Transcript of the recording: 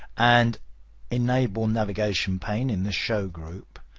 and enable navigation pane in the show group,